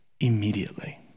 immediately